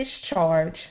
discharge